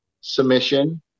submission